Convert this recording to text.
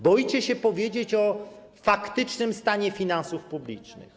Boicie się powiedzieć o faktycznym stanie finansów publicznych.